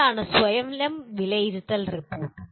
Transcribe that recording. എന്താണ് സ്വയം വിലയിരുത്തൽ റിപ്പോർട്ട്